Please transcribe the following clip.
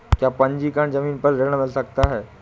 क्या पंजीकरण ज़मीन पर ऋण मिल सकता है?